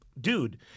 dude